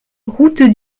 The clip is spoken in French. route